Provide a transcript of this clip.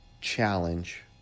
challenge